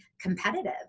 competitive